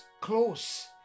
close